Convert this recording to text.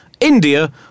India